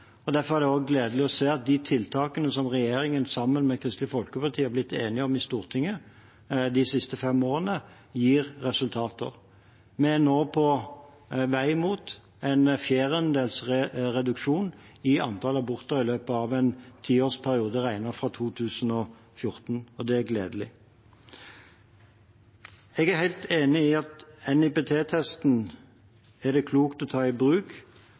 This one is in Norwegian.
innlegg. Derfor er det gledelig å se at de tiltakene som regjeringen sammen med Kristelig Folkeparti har blitt enige om i Stortinget de siste fem årene, gir resultater. Vi er nå på vei mot en fjerdedels reduksjon i antall aborter i løpet av en tiårsperiode, regnet fra 2014. Det er gledelig. Jeg er helt enig i at NIPT-testen er det klokt å ta i bruk